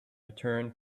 return